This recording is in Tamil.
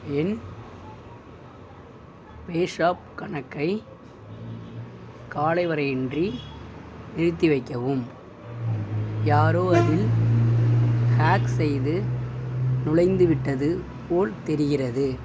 என் பேஸாப் கணக்கை காலைவரையின்றி நிறுத்திவைக்கவும் யாரோ அதில் ஹேக் செய்து நுழைந்துவிட்டது போல் தெரிகிறது